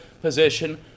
position